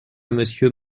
monsieur